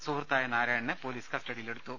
സുഹൃത്തായ നാരായണനെ പോലീസ് കസ്റ്റഡിയിലെടുത്തു